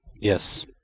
Yes